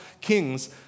kings